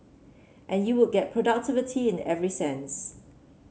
and you would get productivity in every sense